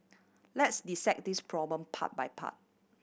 let's dissect this problem part by part